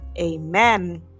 Amen